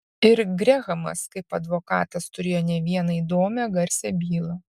ir grehamas kaip advokatas turėjo ne vieną įdomią garsią bylą